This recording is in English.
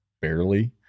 barely